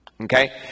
okay